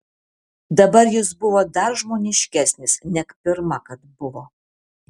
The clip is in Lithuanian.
dabar jis buvo dar žmoniškesnis neg pirma kad buvo